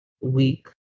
week